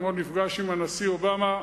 אתמול נפגש עם הנשיא אובמה.